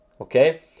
Okay